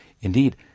Indeed